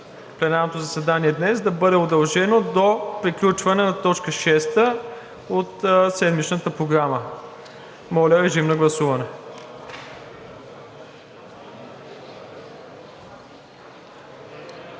пленарното заседание днес да бъде удължено до приключване на точка шеста от седмичната Програма. Моля, режим на гласуване.